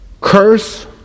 curse